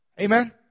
Amen